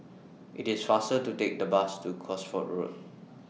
IT IS faster to Take The Bus to Cosford Road